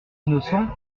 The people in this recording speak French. innocent